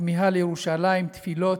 הכמיהה לירושלים, תפילות.